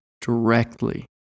directly